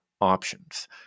options